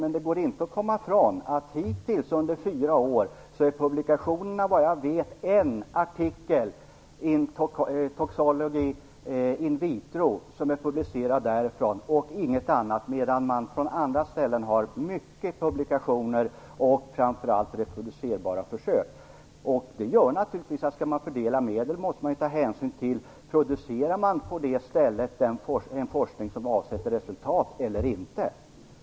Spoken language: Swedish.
Men det går inte att komma ifrån att hittills under fyra är det beträffande publikationerna en artikel, "Toxicology in vitro", som har publicerats därifrån. Andra ställen däremot uppvisar många publikationer och framför allt reproducerbara försök. Skall man fördela medel måste man naturligtvis ta hänsyn till om det på ett visst ställe produceras sådan forskning som avsätter resultat eller inte.